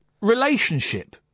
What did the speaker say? relationship